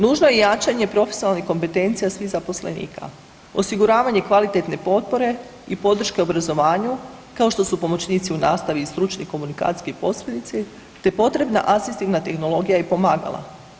Nužno je jačanje profesionalnih kompetencija svih zaposlenika, osiguravanje kvalitetne potpore i podrške obrazovanju, kao što su pomoćnici u nastavi i stručni komunikacijski posrednici te potrebna asistivna tehnologija i pomagala.